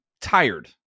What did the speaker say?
tired